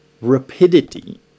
rapidity